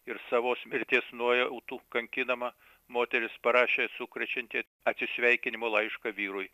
ir savo mirties nuojautų kankinama moteris parašė sukrečiantį atsisveikinimo laišką vyrui